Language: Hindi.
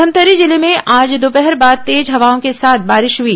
घमतरी जिले में आज दोपहर बाद तेज हवाओं के साथ बारिश हुई